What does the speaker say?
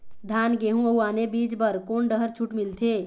धान गेहूं अऊ आने बीज बर कोन डहर छूट मिलथे?